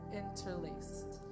interlaced